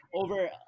over